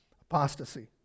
Apostasy